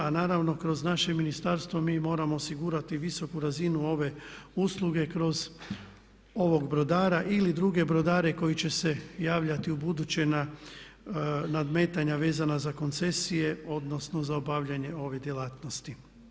A naravno kroz naše ministarstvo mi moramo osigurati visoku razinu ove usluge kroz ovog brodara ili druge brodare koji će se javljati ubuduće na nadmetanja vezana za koncesije, odnosno za obavljanje ove djelatnosti.